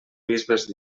bisbes